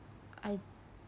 I